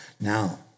Now